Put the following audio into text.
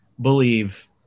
believe